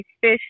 fish